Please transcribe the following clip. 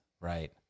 right